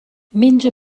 menja